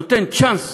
נותן צ'אנס